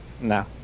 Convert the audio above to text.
No